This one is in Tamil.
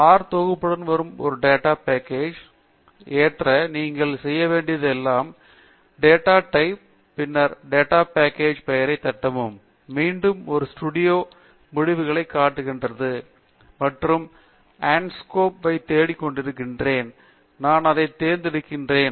ஆர் தொகுப்புடன் வரும் ஒரு டேட்டா பேக்கேஜ் ஏற்ற நீங்கள் செய்ய வேண்டியது எல்லாம் டேட்டா டைப் பின்னர் டேட்டா பேக்கேஜ் பெயரை தட்டவும் மீண்டும் ஒரு ஸ்டூடியோ முடிவுகளை காட்டுகிறது மற்றும் ஆஸ்கோம்பே நான் தேடிக்கொண்டிருக்கிறேன் நான் அதைத் தேர்ந்தெடுக்கிறேன்